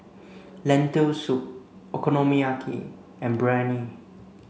lentil soup Okonomiyaki and Biryani